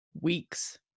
weeks